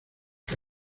que